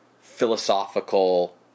philosophical